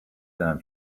them